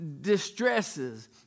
distresses